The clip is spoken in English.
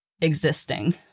existing